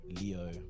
Leo